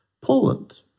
Poland